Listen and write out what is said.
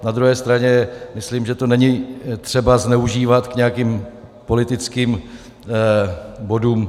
Na druhé straně myslím, že to není třeba zneužívat k nějakým politickým bodům.